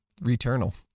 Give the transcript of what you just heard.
Returnal